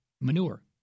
manure